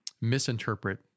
misinterpret